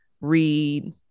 read